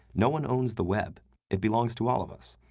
no one owns the web it belongs to all of us.